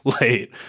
late